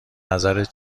نظرت